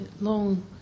long